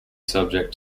subject